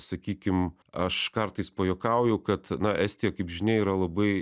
sakykim aš kartais pajuokauju kad na estija kaip žinia yra labai